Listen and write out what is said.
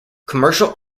commercial